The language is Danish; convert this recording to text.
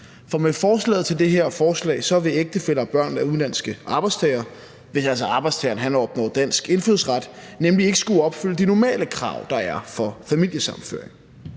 For med det her forslag vil ægtefæller til og børn af udenlandske arbejdstagere, hvis altså arbejdstageren opnår dansk indfødsret, nemlig ikke skulle opfylde de normale krav, der er for familiesammenføring.